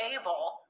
able